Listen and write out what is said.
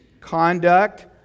conduct